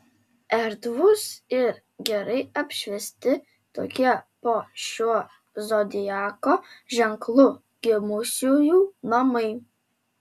erdvūs ir gerai apšviesti tokie po šiuo zodiako ženklu gimusiųjų namai